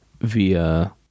via